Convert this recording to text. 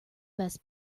best